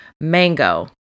mango